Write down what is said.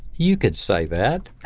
you could say that